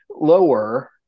lower